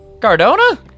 Cardona